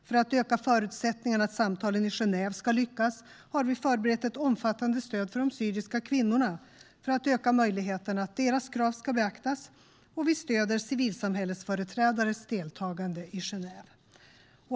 För att öka förutsättningarna att samtalen i Genève ska lyckas har vi förberett ett omfattande stöd till de syriska kvinnorna för att öka möjligheten att deras krav ska beaktas, och vi stöder civilsamhällesföreträdares deltagande i Genève.